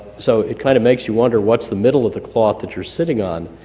so it kind of makes you wonder what's the middle of the cloth that you're sitting on.